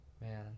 man